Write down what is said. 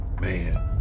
man